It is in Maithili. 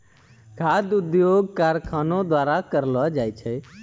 खाद्य उद्योग कारखानो द्वारा करलो जाय छै